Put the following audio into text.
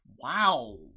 wow